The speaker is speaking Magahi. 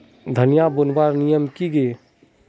धनिया बूनवार नियम की गे?